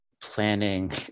planning